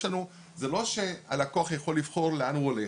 זה לא שהלקוח יכול לבחור לאן הוא הולך.